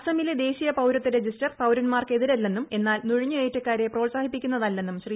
അസമിലെ ദേശീയ പൌരത്വ ്രജിസ്റ്റർ പൌരന്മാർക്ക് എതിരല്ലെന്നും എന്നാൽ നുഴഞ്ഞുകയറ്റക്കാരെ പ്രോത്സാഹിപ്പിക്കുന്ന തല്ലെന്നും ശ്രീ